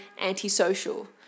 antisocial